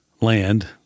land